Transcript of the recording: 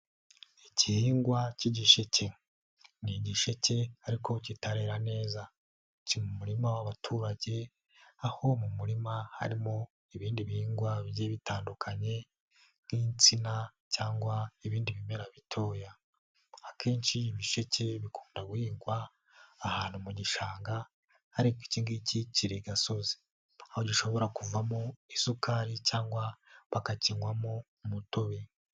Igihingwa cy'igisheke ni igisheke ariko kitarera neza, kiri mu murima w'abaturage, aho mu murima harimo ibindi bihingwa bigiye bitandukanye nk'insina cyangwa ibindi bimera bitoya, akenshi ibisheke bikunda guhingwa ahantu mu gishanga ariko iki ngiki kiri i gasozi, aho gishobora kuvamo isukari cyangwa bakakinywamo umutobe.